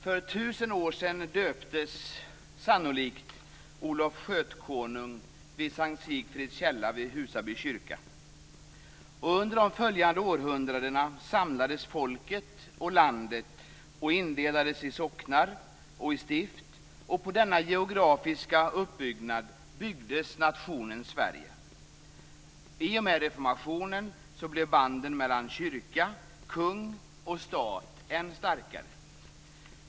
För tusen år sedan döptes sannolikt Olof Skötkonung vid S:t Sigfrids källa vid Husaby kyrka. Under de följande århundradena samlades folket, och landet indelades i socknar och stift, och på denna geografiska indelning byggdes nationen Sverige. I och med reformationen blev banden mellan kyrka, kung och stat än starkare.